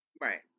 Right